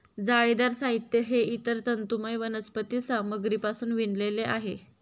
जाळीदार साहित्य हे इतर तंतुमय वनस्पती सामग्रीपासून विणलेले आहे